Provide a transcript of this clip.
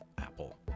Apple